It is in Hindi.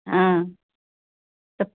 हाँ तो